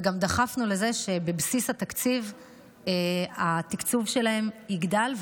וגם דחפנו לזה שבבסיס התקציב התקצוב שלהם יגדל,